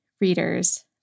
readers